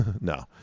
No